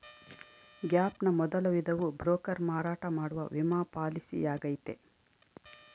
gap ನ ಮೊದಲ ವಿಧವು ಬ್ರೋಕರ್ ಮಾರಾಟ ಮಾಡುವ ವಿಮಾ ಪಾಲಿಸಿಯಾಗೈತೆ